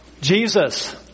Jesus